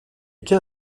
qu’est